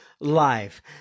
life